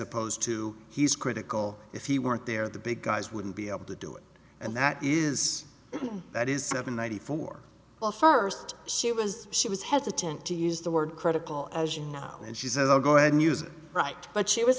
opposed to he's critical if he weren't there the big guys wouldn't be able to do it and that is that is seven ninety four well first she was she was hesitant to use the word critical as you know and she says i'll go ahead and use right but she was